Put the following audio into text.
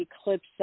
eclipse